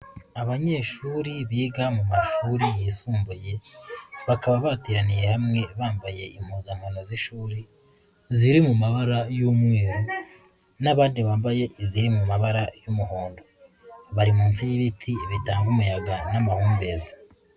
Abanyeshuri biga mu mashuri yisumbuye bakaba bateraniye hamwe bambaye impuzankano z'ishuri ziri mu mabara y'umweru n'abandi bambaye iziri mu mabara y'umuhondo, bari munsi y'ibiti bitanga umuyaga n'amahumbezi.